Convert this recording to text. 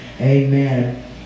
amen